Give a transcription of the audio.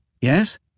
Yes